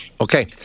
Okay